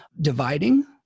dividing